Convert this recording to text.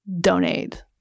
donate